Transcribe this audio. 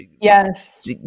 yes